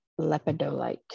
lepidolite